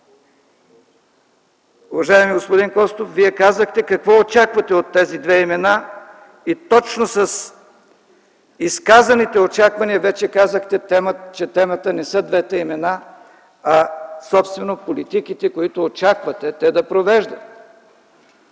Уважаеми господин Костов, Вие казахте какво очаквате от тези две имена. И точно с изказаните очаквания казахте, че темата не са двете имена, а собствено политиките, които очаквате те да провеждат.